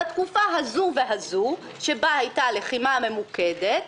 בתקופה הזו והזו שבה הייתה לחימה ממוקדת,